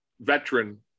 veteran